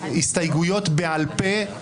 הסתייגויות בעל פה,